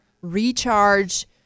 recharge